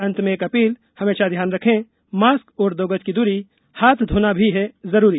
अंत में एक अपील हमेशा ध्यान रखें मास्क और दो गज की दूरी हाथ धोना भी है जरूरी